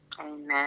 Amen